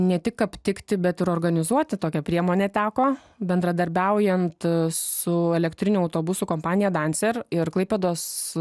ne tik aptikti bet ir organizuoti tokią priemonę teko bendradarbiaujant su elektrinių autobusų kompanija danser ir klaipėdos